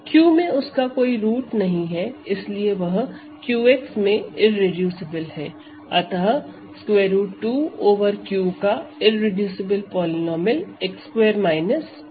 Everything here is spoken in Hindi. Q में उसका कोई रूट नहीं है इसीलिए वह Q में इररेडूसिबल है अतः √2 ओवर Q का इररेडूसिबल पॉलीनोमिअल x2 2 है